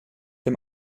dem